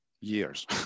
years